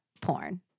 porn